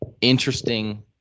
interesting